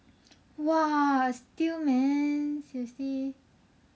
!wah! steal man seriously